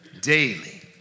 daily